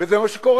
וזה מה שקורה.